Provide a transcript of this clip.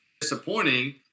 disappointing